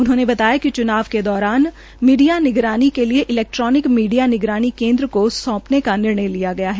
उन्होंने बताया कि च्नाव के दौरान मीडिया निगरानी के लिये इलैक्ट्रोनिक मीडिया निगरानी केन्द्र को सौंपने का निर्णय लिया गया है